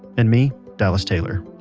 and me, dallas taylor.